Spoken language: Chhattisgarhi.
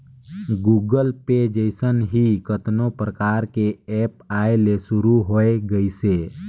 गुगल पे जइसन ही कतनो परकार के ऐप आये ले शुरू होय गइसे